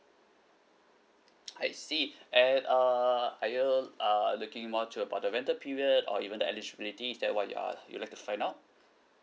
I see and err are you err looking more to about the rental period or even the eligibility is that what you are you'd like to find out